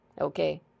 okay